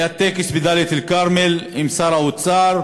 היה טקס בדאלית-אלכרמל עם שר האוצר,